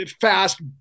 fast